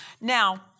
Now